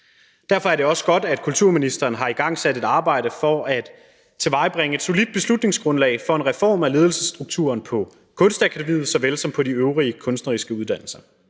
Derfor er det også godt, at kulturministeren har igangsat et arbejde for at tilvejebringe et solidt beslutningsgrundlag for en reform af ledelsesstrukturen på Kunstakademiet såvel som på de øvrige kunstneriske uddannelser.